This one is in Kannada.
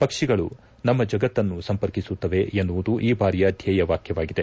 ಪಕ್ಷಿಗಳು ನಮ್ಮ ಜಗತ್ತನ್ನು ಸಂಪರ್ಕಿಸುತ್ತವೆ ಎನ್ನುವುದು ಈ ಬಾರಿಯ ಧ್ಯೇಯವಾಕ್ಟವಾಗಿದೆ